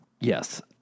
Yes